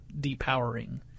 depowering